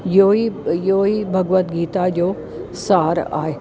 इहो ई इहो ई भगवत गीता जो सहार आहे